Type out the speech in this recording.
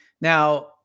Now